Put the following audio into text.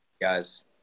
guys